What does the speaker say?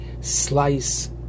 slice